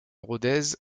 rodez